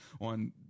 on